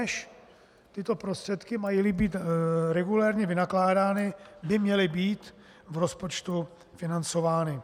Rovněž tyto prostředky, majíli být regulérně vynakládány, by měly být v rozpočtu financovány.